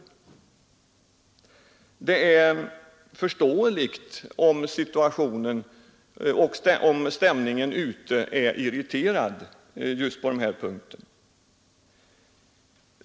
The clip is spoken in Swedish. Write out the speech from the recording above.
Det är förståeligt om stämningen är irriterad.